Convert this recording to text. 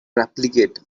replicate